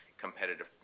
competitive